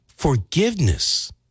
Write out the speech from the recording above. Forgiveness